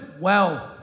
wealth